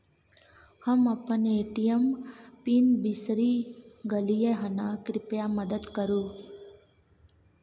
हम अपन ATM PIN बिसरि गलियै हन, कृपया मदद करु